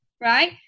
right